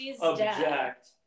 object